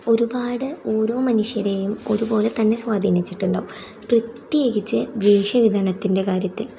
ഒരുപാട് ഓരോ മനുഷ്യരെയും ഒരുപോലെ തന്നെ സ്വാധീനിച്ചിട്ടുണ്ടാകും പ്രത്യേകിച്ച് വേഷവിധാനത്തിൻ്റെ കാര്യത്തിൽ